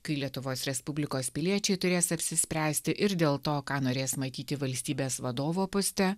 kai lietuvos respublikos piliečiai turės apsispręsti ir dėl to ką norės matyti valstybės vadovo poste